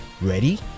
Ready